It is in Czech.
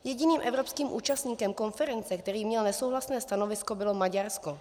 Jediným evropským účastníkem konference, který měl nesouhlasné stanovisko, bylo Maďarsko.